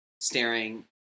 staring